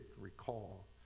recall